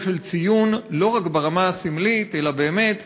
של ציון לא רק ברמה הסמלית אלא באמת,